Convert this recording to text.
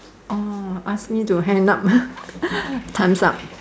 orh ask me to hang up time's up